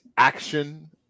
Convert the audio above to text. Action